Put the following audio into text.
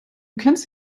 kennst